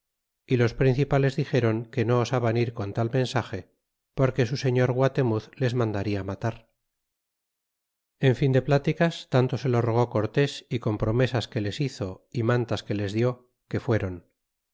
y los principales dixéron que no osaban ir con tal mensage porque su señor guatemuz les mandarla matar en fin de pláticas tanto se lo rogó cortés y con promesas que les hizo y mantas que les dió que